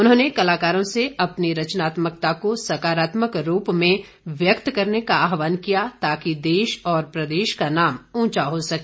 उन्होंने कलाकारों से अपनी रचनात्मकता को सकारात्मक रूप में व्यक्त करने का आहवान किया ताकि देश और प्रदेश का नाम उंचा हो सके